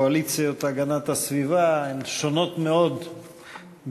קואליציות הגנת הסביבה הן שונות מאוד בקווי